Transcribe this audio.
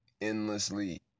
endlessly